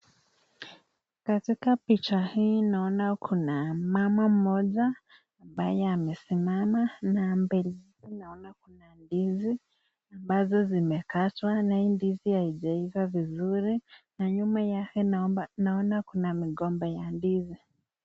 Katika picha hii naona kuna mama mmoja ambaye amesimama na mbele yake naona kuna ndizi ambazo zimekatwa na hii ndizi haijaiva vizuri na nyuma yake naona kuna migomba ya ndizi.